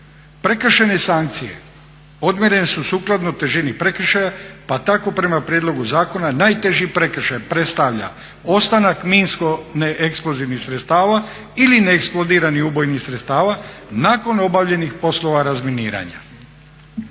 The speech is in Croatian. Prekršajne sankcije odmjerene su sukladno težini prekršaja pa tako prema prijedlogu zakona najteži prekršaj predstavlja ostanak minsko-eksplozivnih sredstava ili neeksplodiranih ubojnih sredstava nakon obavljenih poslova razminiranja.